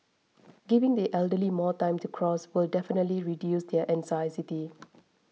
giving the elderly more time to cross will definitely reduce their anxiety